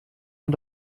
man